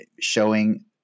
showing